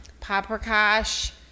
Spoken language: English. Paprikash